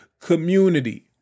community